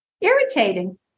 irritating